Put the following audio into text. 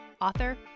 author